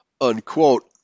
unquote